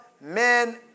Men